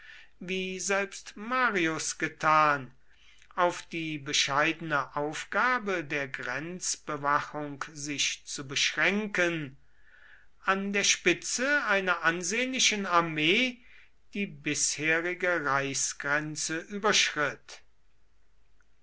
wie selbst marius getan auf die bescheidene aufgabe der grenzbewachung sich zu beschränken an der spitze einer ansehnlichen armee die bisherige reichsgrenze überschritt